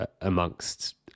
amongst